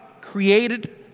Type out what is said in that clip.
created